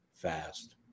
fast